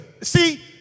See